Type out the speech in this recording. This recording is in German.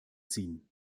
ziehen